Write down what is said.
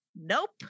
nope